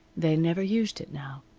they never used it now.